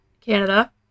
Canada